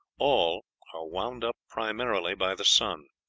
all are wound up primarily by the sun.